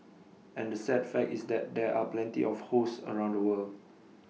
and the sad fact is that there are plenty of hosts around the world